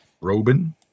Robin